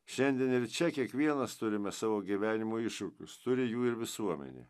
šiandien ir čia kiekvienas turime savo gyvenimo iššūkius turi jų ir visuomenė